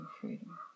freedom